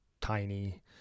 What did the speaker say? tiny